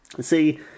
See